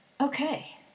Okay